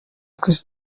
twese